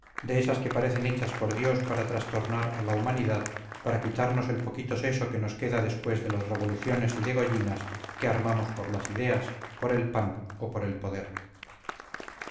de esas que parecen hechas por dios para trastornar a la humanidad para quitarnos el poquito seso que nos queda después de las revoluciones y degollinas que armamos por las ideas por el pan o por el poder